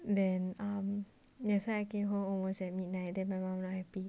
then um that's why I came home almost at midnight then my mum not happy